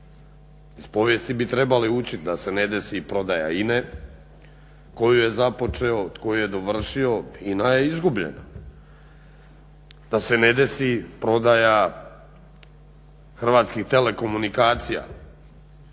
iz povijesti bi trebali učiti da se ne desi prodaja INA-e, tko ju je započeo, tko ju je dovršio, INA je izgubljena. Da se ne desi prodaja Hrvatskih telekomunikacija.